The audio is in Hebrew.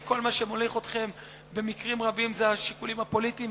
כי כל מה שמוליך אתכם במקרים רבים זה שיקולים פוליטיים,